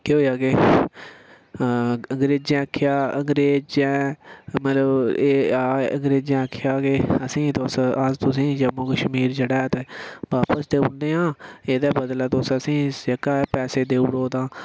केह् होएआ कि अंग्रेजें आखेआ अंग्रेजे मतलब अंग्रेजें आखेआ कि असें ई तुस अस तुसें ई जम्मू कश्मीर जेह्ड़ा ऐ ते बापस देई ओड़ने आं एह्दे बदलै तुस असें ई जेह्का ऐ पैसे देई ओड़ो तां